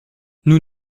nous